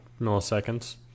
milliseconds